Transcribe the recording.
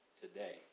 Today